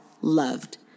loved